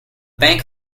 bank